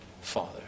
Father